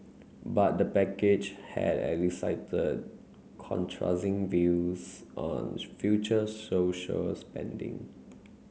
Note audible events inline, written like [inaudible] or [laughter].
but the package had elicited contrasting views on [unintelligible] future social spending